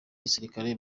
gisirikare